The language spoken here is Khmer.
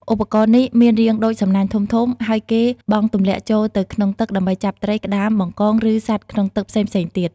ឧបករណ៍នេះមានរាងដូចសំណាញ់ធំៗ ហើយគេបង់ទម្លាក់ចូលទៅក្នុងទឹកដើម្បីចាប់ត្រី ក្តាម បង្កង ឬសត្វក្នុងទឹកផ្សេងៗទៀត។